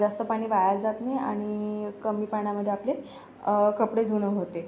जास्त पाणी वाया जात नाही आणि कमी पाण्यामध्ये आपले कपडे धुणं होते